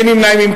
אין נמנעים.